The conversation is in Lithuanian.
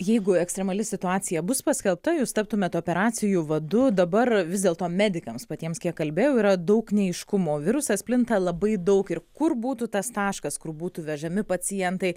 jeigu ekstremali situacija bus paskelbta jūs taptumėt operacijų vadu dabar vis dėlto medikams patiems kiek kalbėjau yra daug neaiškumo virusas plinta labai daug ir kur būtų tas taškas kur būtų vežami pacientai